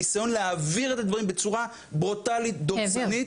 הניסיון להעביר את הדברים בצורה ברוטלית דורסנית.